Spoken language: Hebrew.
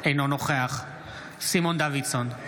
אינו נוכח סימון דוידסון,